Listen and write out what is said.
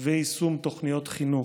ויישום תוכניות חינוך.